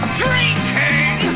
drinking